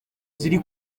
ziri